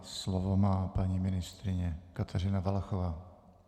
Slovo má paní ministryně Kateřina Valachová.